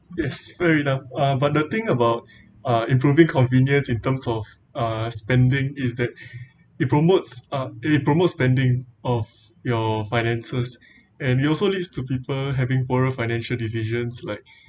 yes fair enough uh but the thing about uh improving convenience in terms of uh spending is that it promotes uh it promotes spending of your finances and it also leads to people having poorer financial decisions like